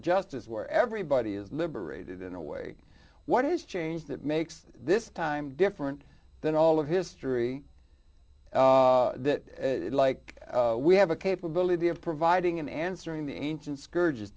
justice where everybody is liberated in a way what is change that makes this time different than all of history that like we have a capability of providing an answer in the ancient scourge